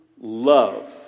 love